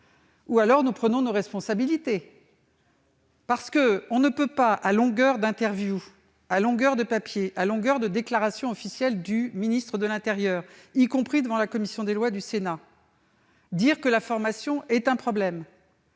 ; soit nous prenons nos responsabilités. On ne peut pas, à longueur d'interviews, de papiers et de déclarations officielles du ministre de l'intérieur, y compris devant la commission des lois du Sénat, dire que la formation est un problème,